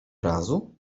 razu